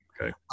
Okay